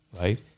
right